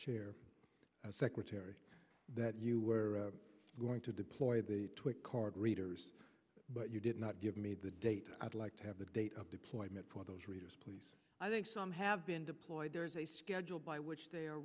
chair secretary that you were going to deploy the twit card readers but you did not give me the date i'd like to have the date of deployment for those readers please i think some have been deployed there is a schedule by which they are